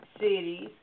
cities